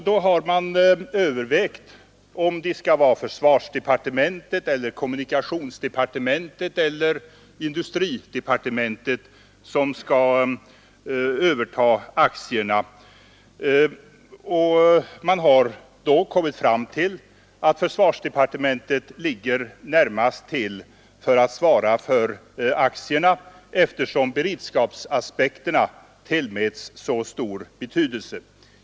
Då har man övervägt om det skall vara försvarsdepartementet, kommunikationsdepartementet eller industridepartementet som skall överta aktierna, och man har kommit fram till att försvarsdepartementet ligger närmast till för att svara för aktierna eftersom beredskapsaspekterna tillmäts så stor betydelse.